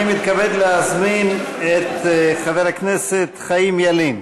אני מתכבד להזמין את חבר הכנסת חיים ילין.